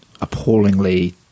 appallingly